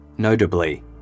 Notably